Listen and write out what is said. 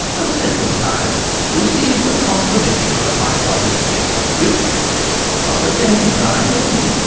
a second time receive the confirmation of my promis'd gift, which but attends thy naming.